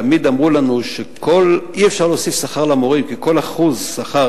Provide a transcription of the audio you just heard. תמיד אמרו לנו שאי-אפשר להוסיף שכר למורים כי כל 1% שכר,